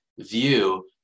view